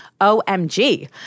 OMG